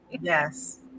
yes